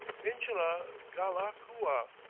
inshallah, ghalakua,